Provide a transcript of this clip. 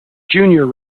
junior